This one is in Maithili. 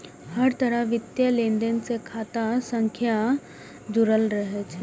हर तरहक वित्तीय लेनदेन सं खाता संख्या जुड़ल रहै छै